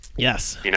Yes